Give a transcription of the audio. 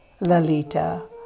Lalita